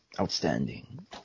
outstanding